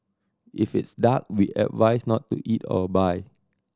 if it's dark we advise not to eat or buy